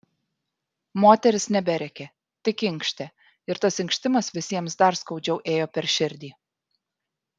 moteris neberėkė tik inkštė ir tas inkštimas visiems dar skaudžiau ėjo per širdį